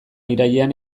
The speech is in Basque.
irailean